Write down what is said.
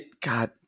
God